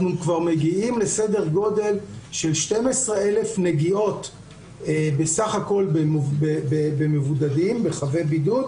אנחנו כבר מגיעים לסדר גודל של 12,000 נגיעות בסך הכל בחבי בידוד,